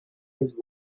his